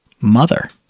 mother